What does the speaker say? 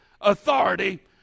authority